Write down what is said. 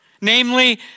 namely